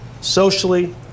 Socially